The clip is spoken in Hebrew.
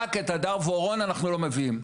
רק את הדר ואורון אנחנו לא מביאים.